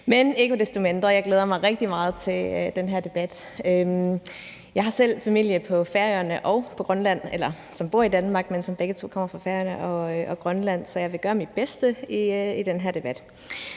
Men ikke desto mindre vil jeg sige, at jeg glæder mig rigtig meget til den her debat. Jeg har selv familie på Færøerne og i Grønland, eller som bor i Danmark, men som begge to kommer fra Færøerne og Grønland, så jeg vil gøre mit bedste i den her debat.